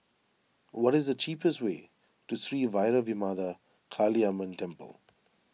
what is the cheapest way to Sri Vairavimada Kaliamman Temple